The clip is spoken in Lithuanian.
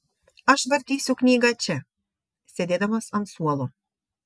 aš vartysiu knygą čia sėdėdamas ant suolo